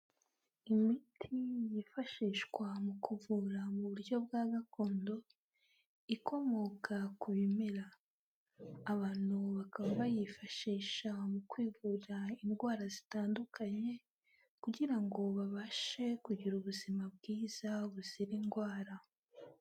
Imiti yifashishwa mu kuvura mu buryo bwa gakondo ikomoka ku bimera, abantu bakaba bayifashisha mu kwivura indwara zitandukanye kugira ngo babashe kugira ubuzima bwiza buzira indwara.